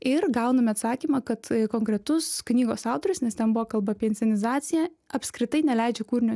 ir gauname atsakymą kad konkretus knygos autorius nes ten buvo kalba apie inscenizaciją apskritai neleidžia kūrinio